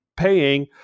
paying